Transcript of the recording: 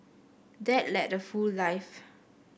dad led a full life